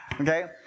Okay